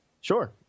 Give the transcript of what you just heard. Sure